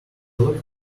looked